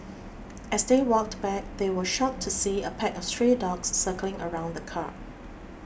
as they walked back they were shocked to see a pack of stray dogs circling around the car